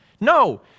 No